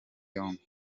yombi